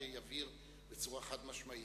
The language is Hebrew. שיבהיר בצורה חד-משמעית.